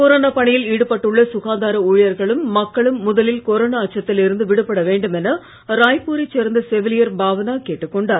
corona பணியில் ஈடுபட்டுள்ள சுகாதார ஊழியர்களும் மக்களும் முதலில் கொரோனா அச்சத்தில் இருந்து விடுபட வேண்டும் என ராய்ப்பூரைச் சேர்ந்த செவிலியர் பாவனா கேட்டுக் கொண்டார்